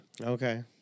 Okay